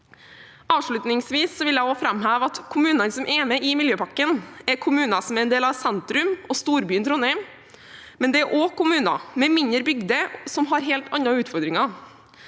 Avslutningsvis vil jeg framheve at kommunene som er med i Miljøpakken, er kommuner som er en del av sentrum og storbyen Trondheim, og det er også kommuner med mindre bygder med helt andre utfordringer.